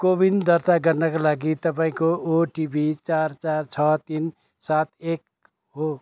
कोविन दर्ता गर्नाका लागि तपाईँँको ओटिपी चार चार छ तिन सात एक हो